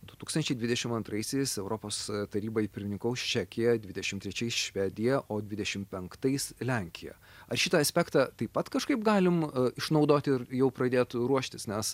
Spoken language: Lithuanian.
du tūkstančiai dvidešim antraisiais europos tarybai pirmininkaus čekija dvidešim trečiais švedija o dvidešim penktais lenkija ar šitą aspektą taip pat kažkaip galim išnaudoti ir jau pradėt ruoštis nes